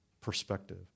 perspective